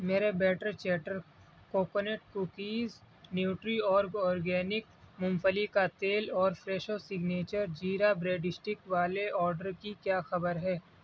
میرے better chatter coconut cookies Nutriorg organic مونگ فلی کا تیل اور فریشو سگنیچر جیرا بریڈ سٹک والے آرڈر کی کیا خبر ہے